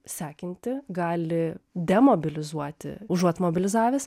sekinti gali demobilizuoti užuot mobilizavęs